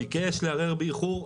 ביקש לערער באיחור,